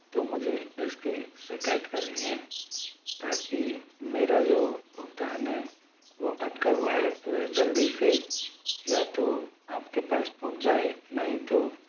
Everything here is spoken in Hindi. तो मुझे इस की शिकायत करनी है ताकि मेरा जो भुगतान है वो अटका हुआ है वह जल्दी से या तो आप के पास पहुँच जाए नहीं तो